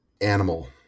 animal